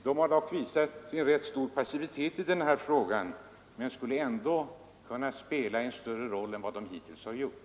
Den har visat rätt stor passivitet i denna fråga och skulle kunna göra mer än den hittills gjort.